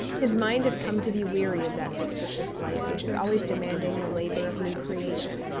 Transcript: his mind had come to be weary of that fictitious life which is always demanding the labour of new creation,